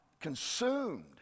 consumed